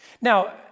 Now